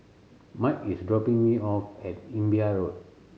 Mike is dropping me off at Imbiah Road